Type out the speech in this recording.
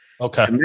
Okay